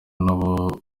nabo